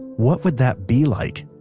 what would that be like?